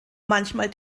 manchmal